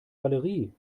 valerie